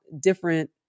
different